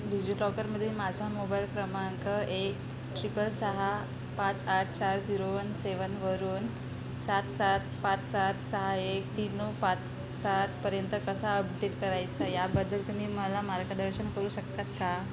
डिजिटलॉकरमधील माझा मोबाईल क्रमांक एक ट्रिपर सहा पाच आठ चार झिरो वन सेवनवरून सात सात पाच सात सहा एक तीन नऊ पाच सातपर्यंत कसा अपडेट करायचा याबद्दल तुम्ही मला मार्गदर्शन करू शकतात का